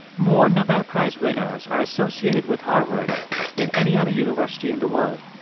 more nobel prize winners are associated with harvard than any other university in the world.